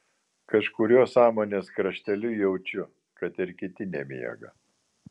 kažkuriuo sąmonės krašteliu jaučiu kad ir kiti nemiega